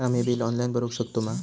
आम्ही bill online भरुक शकतू मा?